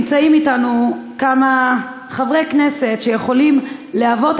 נמצאים אתנו כמה חברי כנסת שיכולים להוות